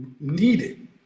needed